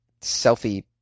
selfie